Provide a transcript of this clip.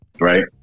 right